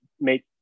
make